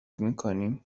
میکنیم